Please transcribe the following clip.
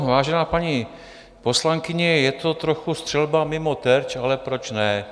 Vážená paní poslankyně, je to trochu střelba mimo terč, ale proč ne.